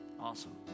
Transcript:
Awesome